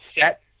set